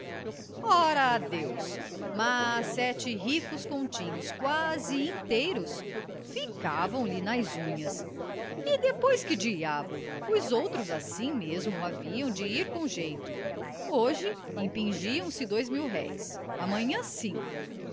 ora adeus mas sete ricos continhos quase inteiros ficavam-lhe nas unhas e depois que diabo os outros assim mesmo haviam de ir com jeito hoje impingiam se dois mil-réis amanhã cinco